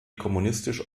kommunistisch